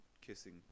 kissing